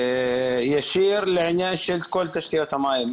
ישיר לעניין של כל תשתיות המים,